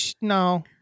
no